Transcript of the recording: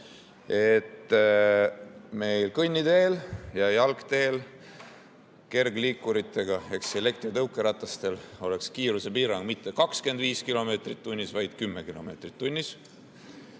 meil kõnniteel ja jalgteel kergliikuritele ehk elektritõukeratastele oleks kiirusepiirang mitte 25 kilomeetrit tunnis, vaid 10 kilomeetrit tunnis.